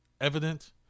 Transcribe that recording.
evident